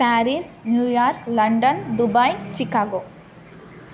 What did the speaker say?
Paris New York London Dubai Chicago